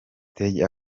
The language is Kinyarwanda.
stage